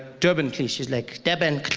durban please. she's like, durban